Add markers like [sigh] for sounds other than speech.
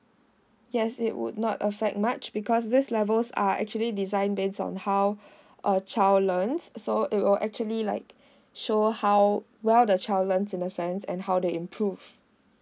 yes it would not affect much because these levels are actually desiged based on how [breath] uh child learn so it will actually like [breath] show how well the child learn in the sense and how they improve